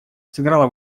сыграла